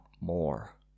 more